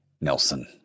Nelson